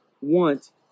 want